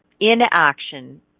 Inaction